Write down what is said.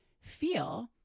feel